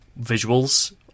visuals